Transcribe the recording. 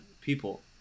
people